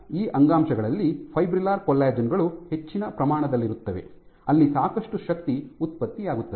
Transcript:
ಆದ್ದರಿಂದ ಆ ಅಂಗಾಂಶಗಳಲ್ಲಿ ಫೈಬ್ರಿಲ್ಲರ್ ಕೊಲ್ಲಜೆನ್ ಗಳು ಹೆಚ್ಚಿನ ಪ್ರಮಾಣದಲ್ಲಿರುತ್ತವೆ ಅಲ್ಲಿ ಸಾಕಷ್ಟು ಶಕ್ತಿ ಉತ್ಪತ್ತಿಯಾಗುತ್ತದೆ